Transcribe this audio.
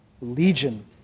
Legion